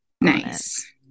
Nice